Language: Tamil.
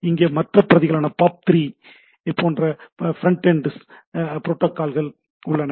இங்கே மற்ற பிரதிகளான POP3 போன்ற ஃபிரண்ட் எண்டு புரோட்டோக்கால் உள்ளன